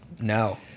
No